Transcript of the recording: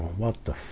what the